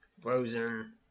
Frozen